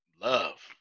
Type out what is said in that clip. Love